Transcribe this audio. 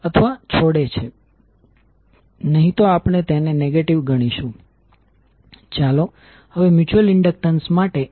M21એ coil 1 ની સાપેક્ષે coil 2 માં જોવા મળતું મ્યુચ્યુઅલ ઇન્ડકટન્સ હશે